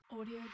audio